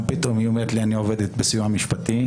פתאום היא אומרת לי: אני עובדת בסיוע המשפטי.